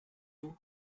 vous